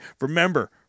Remember